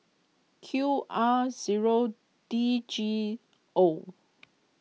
Q R zero D G O